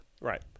Right